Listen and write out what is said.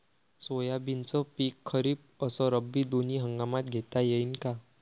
सोयाबीनचं पिक खरीप अस रब्बी दोनी हंगामात घेता येईन का?